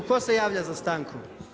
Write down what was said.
Tko se javlja za stanku?